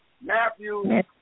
Matthew